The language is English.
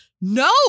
No